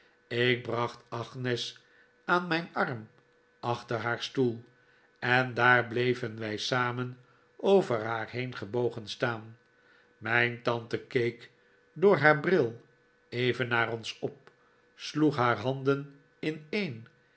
ik bracht agnes aan mijn arm achter haar stoel en daar bleven wij samen over haar heen gebogen staan mijn tante keek door haar bril even naar ons op sloeg haar handen ineen